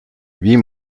wie